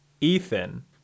Ethan